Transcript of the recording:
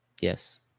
Yes